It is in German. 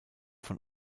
von